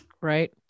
Right